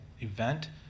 event